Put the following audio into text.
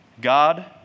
God